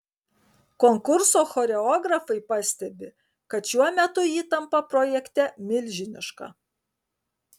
konkurso choreografai pastebi kad šiuo metu įtampa projekte milžiniška